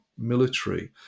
military